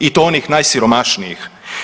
I to onih najsiromašnijih.